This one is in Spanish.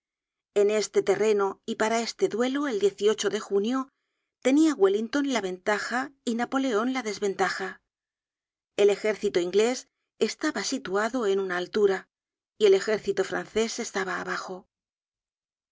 en este terreno y para este duelo el de junio tenia wellington la ventaja y napoleon la desventaja el ejército inglés estaba situado en una altura y el ejército francés estaba abajo